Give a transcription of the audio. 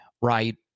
right